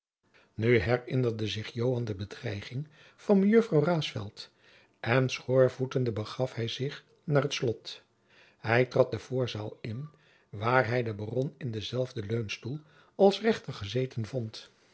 nu herinnerde zich joan de bedreiging van mejuffrouw raesfelt en schoorvoetende begaf hij zich naar het slot hij trad de voorzaal in waar hij den baron in deszelfs leunstoel als rechter gezeten vond